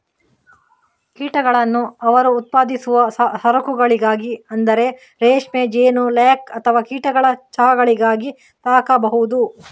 ಕೀಟಗಳನ್ನು ಅವರು ಉತ್ಪಾದಿಸುವ ಸರಕುಗಳಿಗಾಗಿ ಅಂದರೆ ರೇಷ್ಮೆ, ಜೇನು, ಲ್ಯಾಕ್ ಅಥವಾ ಕೀಟಗಳ ಚಹಾಗಳಿಗಾಗಿ ಸಾಕಬಹುದು